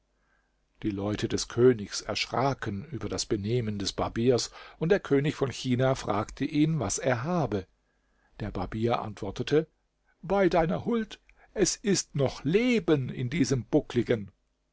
die leute des königs erschraken über das benehmen des barbiers und der könig von china fragte ihn was er habe der barbier antwortete bei deiner huld es ist noch leben in diesem buckligen